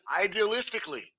idealistically